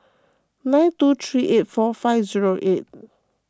nine two three eight four five zero eight